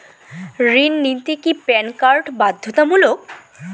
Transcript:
ঋণ নিতে কি প্যান কার্ড বাধ্যতামূলক?